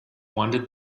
wanted